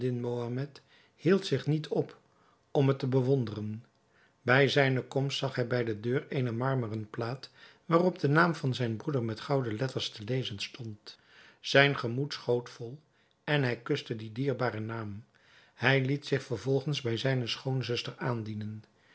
mohammed hield zich niet op om het te bewonderen bij zijne komst zag hij bij de deur eene marmeren plaat waarop de naam van zijn broeder met gouden letters te lezen stond zijn gemoed schoot vol en hij kuste dien dierbaren naam hij liet zich vervolgens bij zijne schoonzuster aandienen